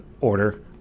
order